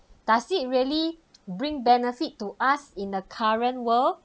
does it really bring benefit to us in the current world